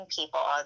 people